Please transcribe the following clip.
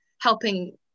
helping